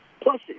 Plus